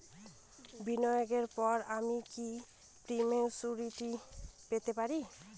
বিনিয়োগের পর আমি কি প্রিম্যচুরিটি পেতে পারি?